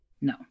No